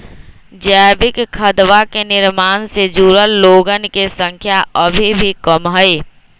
जैविक खदवा के निर्माण से जुड़ल लोगन के संख्या अभी भी कम हई